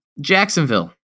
Jacksonville